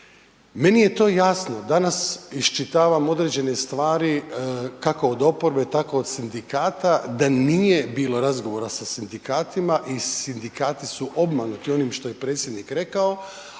Meni je to jasno, danas iščitavam određene stvari kako od oporbe tako od sindikata, da nije bilo razgovora sa sindikatima i sindikati su obmanuti onim što je predsjednik rekao,